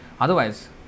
Otherwise